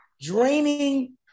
draining